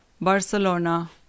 Barcelona